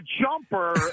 jumper